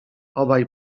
obaj